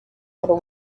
for